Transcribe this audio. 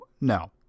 no